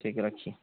ٹھیک ہے رکھیے